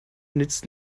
nützt